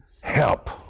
help